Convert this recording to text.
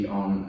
on